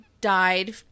died